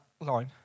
line